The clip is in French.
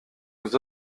nous